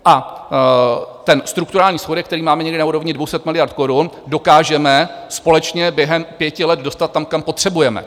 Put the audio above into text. A ten strukturální schodek, který máme někde na úrovni 200 miliard korun, dokážeme společně během pěti let dostat tam, kam potřebujeme.